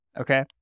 okay